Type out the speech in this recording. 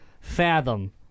fathom